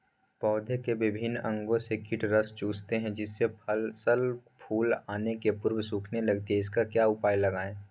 पौधे के विभिन्न अंगों से कीट रस चूसते हैं जिससे फसल फूल आने के पूर्व सूखने लगती है इसका क्या उपाय लगाएं?